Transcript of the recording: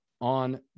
on